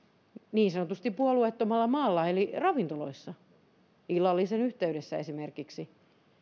niin sanotusti puolueettomalla maalla eli ravintoloissa illallisen yhteydessä esimerkiksi